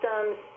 systems